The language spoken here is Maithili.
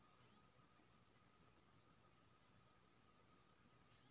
हमरा अहाँ नीमन में से करैलाक बीया दिय?